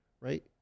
right